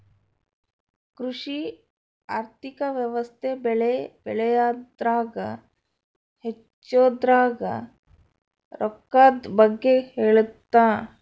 ಕೃಷಿ ಆರ್ಥಿಕ ವ್ಯವಸ್ತೆ ಬೆಳೆ ಬೆಳೆಯದ್ರಾಗ ಹಚ್ಛೊದ್ರಾಗ ರೊಕ್ಕದ್ ಬಗ್ಗೆ ಹೇಳುತ್ತ